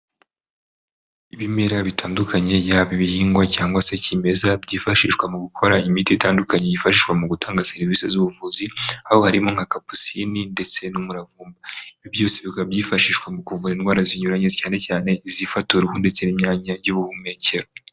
Ibimera bitandukanye yaba ibihingwa cyangwa se kimeza byifashishwa mu gukora imiti itandukanye yifashishwa mu gutanga serivisi z'ubuvuzi, aho harimo nka kapusine ndetse n'umuravumba, ibi byose bika byifashishwa mu kuvura indwara zinyuranye cyane cyane izifata uruhu ndetse n'imyanya y'ubuhumekero.